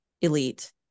elite